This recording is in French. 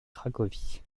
cracovie